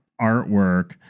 artwork